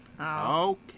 Okay